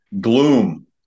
gloom